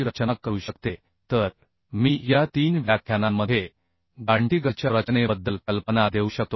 रचना करू शकते तर मी या तीन व्याख्यानांमध्ये गांटीगरच्या रचनेबद्दल कल्पना देऊ शकतो